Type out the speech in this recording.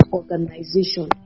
organization